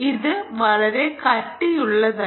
അത് വളരെ കട്ടിയുള്ളതല്ല